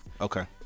okay